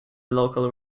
local